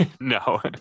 No